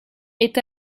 est